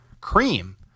cream